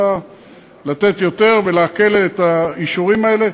אלא לתת יותר ולהקל את האישורים האלה.